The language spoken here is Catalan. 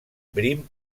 prim